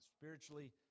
Spiritually